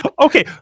Okay